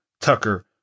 Tucker